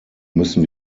müssen